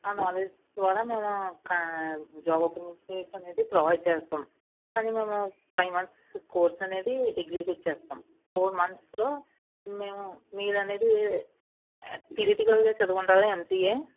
ఆ నాలెడ్జ్ ద్వారా మేము జాబ్ ఆపర్చునిటీ అనేది ప్రొవైడ్ చేస్తాము కానీ మేము ఫైవ్ మంత్స్ కోర్స్ అనేది ఎగ్జిక్యూట్ చేస్తాం ఫోర్ మంత్స్లో మేము మీరు అనేది తీరీటికల్గా చదివి ఉంటారు ఎంసీఏ